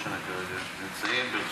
לא משנה כרגע איפה הם נמצאים,